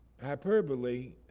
hyperbole